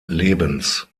lebens